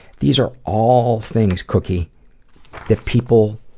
these are all things cookie that people